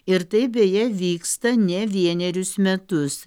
ir tai beje vyksta ne vienerius metus